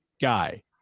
guy